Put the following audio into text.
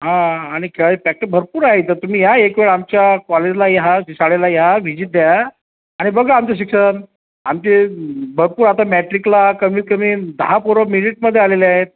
हां आणि खेळ आहे भरपूर आहे इथं तुम्ही या एकवेळ आमच्या कॉलेजला या हा शाळेला या व्हिजिट द्या आणि बघा आमचं शिक्षण आमचे भरपूर आता मॅट्रिकला कमीत कमी दहा पोरं मेरीटमध्ये आलेले आहेत